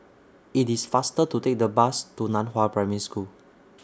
IT IS faster to Take The Bus to NAN Hua Primary School